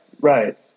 Right